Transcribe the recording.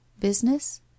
Business